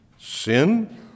sin